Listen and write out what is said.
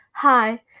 hi